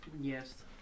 Yes